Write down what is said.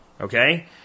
okay